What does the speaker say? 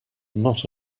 not